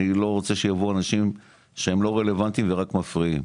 אני לא רוצה שיבואו אנשים שהם לא רלוונטיים ורק מפריעים.